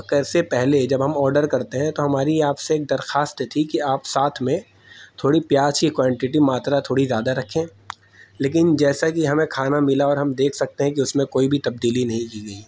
کیسے پہلے جب ہم آڈر کرتے ہیں تو ہماری آپ سے ایک درخواست تھی کہ آپ ساتھ میں تھوڑی پیاز کی کوانٹٹی ماترا تھوڑی زیادہ رکھیں لیکن جیسا کہ ہمیں کھانا ملا اور ہم دیکھ سکتے ہیں کہ اس میں کوئی بھی تبدیلی نہیں کی گئی